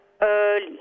early